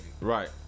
right